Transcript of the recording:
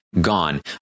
gone